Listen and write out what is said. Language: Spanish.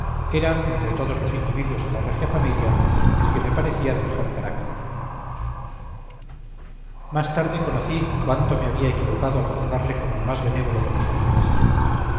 era entre todos los individuos de la regia familia el que me parecía de mejor carácter más tarde conocí cuánto me había equivocado al juzgarle como el más benévolo de los hombres